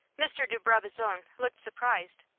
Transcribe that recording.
mr. de brabazon looked surprised.